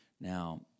Now